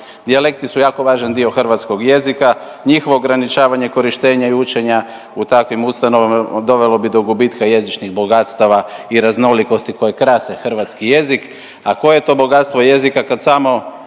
Dijalekti su jako važan dio hrvatskog jezika, njihovo ograničavanje korištenja i učenja u takvim ustanovama dovelo bi do gubitka jezičnih bogatstava i raznolikosti koje krase hrvatski jezik, a koje je to bogatstvo jezika kad samo